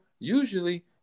Usually